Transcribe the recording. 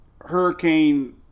hurricane